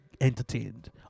entertained